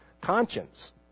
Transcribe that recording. Conscience